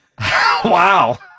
wow